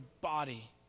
body